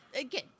Again